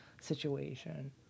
situation